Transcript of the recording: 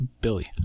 Billy